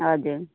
हजुर